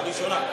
לראשונה.